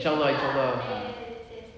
macam sorang ah